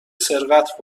سرقت